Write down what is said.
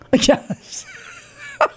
Yes